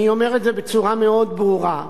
אני אומר את זה בצורה מאוד ברורה,